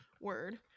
word